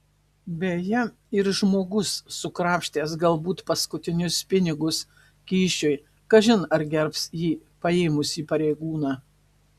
beje ir žmogus sukrapštęs galbūt paskutinius pinigus kyšiui kažin ar gerbs jį paėmusį pareigūną